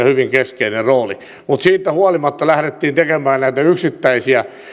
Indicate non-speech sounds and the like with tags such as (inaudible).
(unintelligible) hyvin keskeinen rooli mutta siitä huolimatta lähdettiin tekemään näitä yksittäisiä